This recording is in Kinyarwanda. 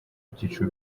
byiciro